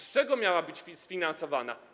Z czego miała być sfinansowana?